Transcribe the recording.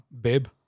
babe